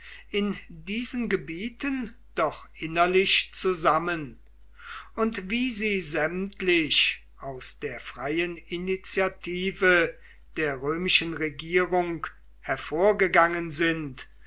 in diesen gebieten doch innerlich zusammen und wie sie sämtlich aus der freien initiative der römischen regierung hervorgegangen sind